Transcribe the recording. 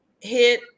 hit